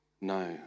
No